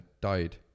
died